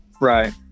right